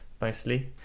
mostly